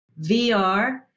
VR